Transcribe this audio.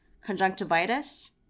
conjunctivitis